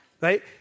right